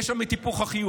יש שם את היפוך החיוב.